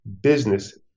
business